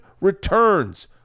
returns